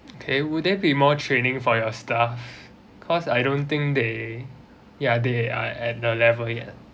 okay will there be more training for your staff cause I don't think they ya they are at the level yet